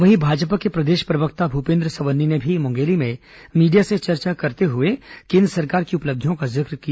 वहीं भाजपा के प्रदेश प्रवक्ता भूपेन्द्र सवन्नी ने भी मुंगेली में मीडिया से चर्चा करते हुए केन्द्र सरकार की उपलब्धियों का जिक्र किया